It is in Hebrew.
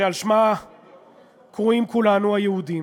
שעל שמה קרויים כולנו, היהודים,